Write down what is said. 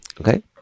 Okay